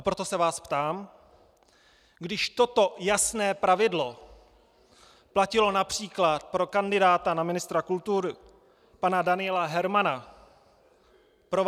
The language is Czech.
Proto se vás ptám, když toto jasné pravidlo platilo např. pro kandidáta na ministra kultury pana Daniela Hermana, pro vás neplatí?